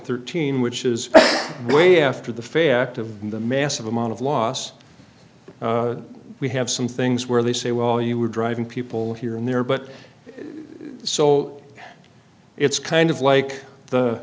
thirteen which is way after the fact of the massive amount of loss we have some things where they say well you were driving people here and there but so it's kind of like the